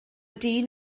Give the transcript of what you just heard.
dyn